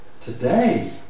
Today